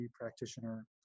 practitioner